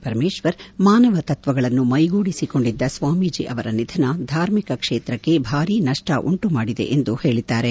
ಪರಮೇಶ್ವರ್ ಮಾನವ ತತ್ವಗಳನ್ನು ಮೈಗೂಡಿಸಿಕೊಂಡಿದ್ದ ಸ್ವಾಮೀಜಿ ಅವರ ನಿಧನ ಧಾರ್ಮಿಕ ಕ್ಷೇತ್ರಕ್ಕೆ ಭಾರೀ ನಷ್ವ ಉಂಟುಮಾಡಿದೆ ಎಂದು ಹೇಳಿದ್ದಾರೆ